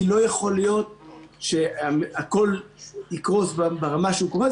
כי לא יכול להיות שהכול יקרוס ברמה שהוא קורס